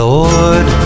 Lord